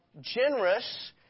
generous